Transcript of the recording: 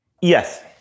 Yes